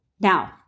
Now